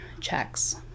checks